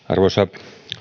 arvoisa